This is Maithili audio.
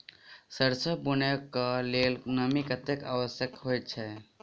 सैरसो बुनय कऽ लेल नमी कतेक आवश्यक होइ छै?